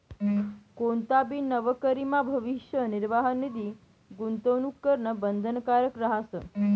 कोणताबी नवकरीमा भविष्य निर्वाह निधी गूंतवणूक करणं बंधनकारक रहास